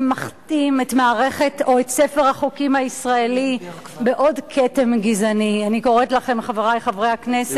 כנסת ישראל לא קובעת חקיקה מיוחדת,